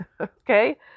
Okay